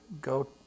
go